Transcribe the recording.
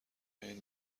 این